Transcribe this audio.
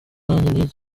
nanjye